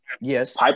Yes